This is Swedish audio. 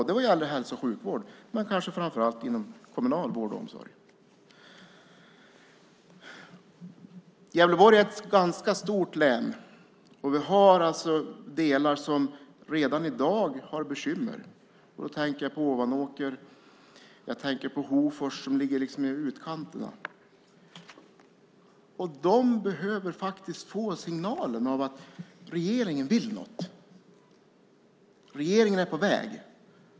Det gäller hälso och sjukvård men kanske framför allt kommunal vård och omsorg. Gävleborg är ett ganska stort län. Vi har delar som redan i dag har bekymmer. Då tänker jag på Ovanåker och på Hofors som ligger i utkanterna. De behöver faktiskt få signalen att regeringen vill något, att regeringen är på väg.